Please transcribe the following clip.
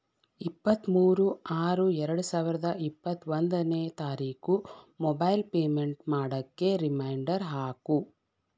ಇಪ್ಪತ್ತ್ಮೂರು ಆರು ಎರಡು ಸಾವಿರದ ಇಪ್ಪತ್ತ ಒಂದನೇ ತಾರೀಕು ಮೊಬೈಲ್ ಪೇಮೆಂಟ್ ಮಾಡೋಕ್ಕೆ ರಿಮೈಂಡರ್ ಹಾಕು